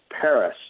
Paris